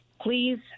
Please